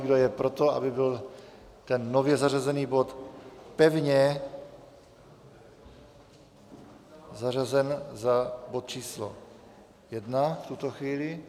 Kdo je pro to, aby byl ten nově zařazený bod pevně zařazen za bod číslo 1 v tuto chvíli?